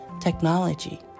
technology